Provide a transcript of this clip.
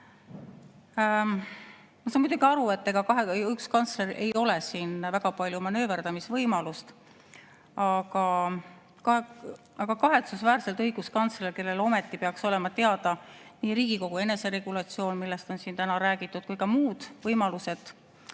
Ma saan muidugi aru, et ega õiguskantsleril ei ole siin väga palju manööverdamisvõimalust. Aga kahetsusväärselt õiguskantsler, kellel ometi peaks olema teada nii Riigikogu eneseregulatsioon, millest on siin täna räägitud, kui ka muud võimalused